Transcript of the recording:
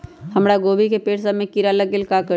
हमरा गोभी के पेड़ सब में किरा लग गेल का करी?